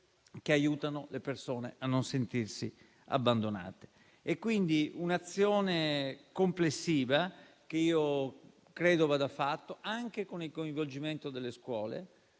che aiutano le persone a non sentirsi abbandonate. Quindi, un'azione complessiva, che io credo vada fatta anche con il coinvolgimento delle scuole,